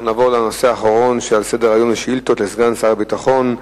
אנחנו נעבור לנושא האחרון שעל סדר-היום: שאילתות לסגן שר הביטחון.